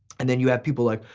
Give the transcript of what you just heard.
and then you have people like,